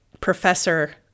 professor